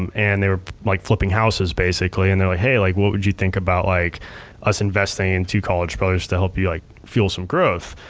um and they were like flipping houses, basically, and they're like, hey, like what would you think about like us investing in two college brothers to help you like fuel some growth?